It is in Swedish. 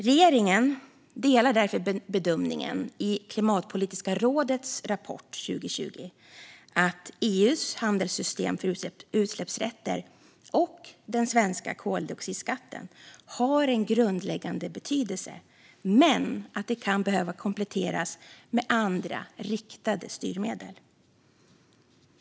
Regeringen delar därför bedömningen i Klimatpolitiska rådets rapport 2020: att EU:s handelssystem för utsläppsrätter och den svenska koldioxidskatten har en grundläggande betydelse men att de kan behöva kompletteras med andra, riktade styrmedel.